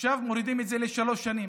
עכשיו מורידים את זה לשלוש שנים.